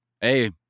hey